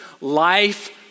life